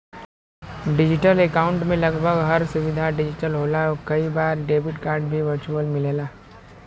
digital account में लगभग हर सुविधा डिजिटल होला कई बार डेबिट कार्ड भी वर्चुअल मिलला